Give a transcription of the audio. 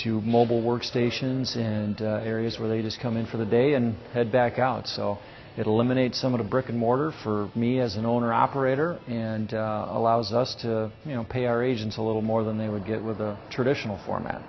to mobile workstations and areas where they just come in for the day and head back out so it eliminates some of the brick and mortar for me as an owner operator and allows us to pay our agents a little more than they would get with a traditional format